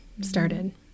Started